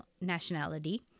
nationality